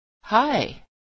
Hi